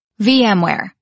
VMware